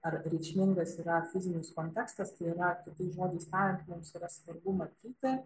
ar reikšmingas yra fizinis kontekstas tai yra kitais žodžiais tariant mums yra svarbu matyti